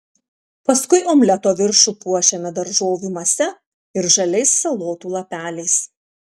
paskui omleto viršų puošiame daržovių mase ir žaliais salotų lapeliais